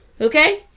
Okay